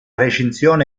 recensione